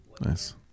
Nice